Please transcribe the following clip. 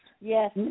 Yes